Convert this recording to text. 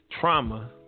trauma